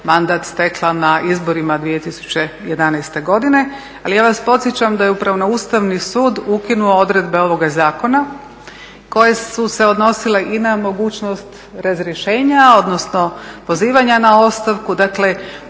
mandat stekla na izborima 2011. godine ali ja vas podsjećam da je upravo Ustavni sud ukinuo odredbe ovoga zakona koje su se odnosile i na mogućnost razrješenja odnosno pozivanja na ostavku dakle